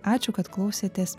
ačiū kad klausėtės